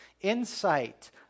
insight